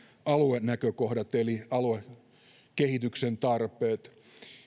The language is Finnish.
aluenäkökohdat eli aluekehityksen tarpeet